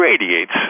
radiates